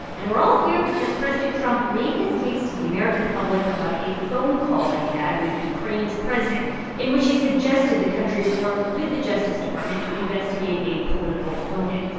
and we're all here because president trump made his case to the american public about a phone call that he had with ukraine's president in which he suggested the country work with the justice department to investigate a political opponent.